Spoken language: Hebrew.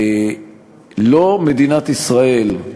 לא מדינת ישראל,